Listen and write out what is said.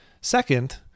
Second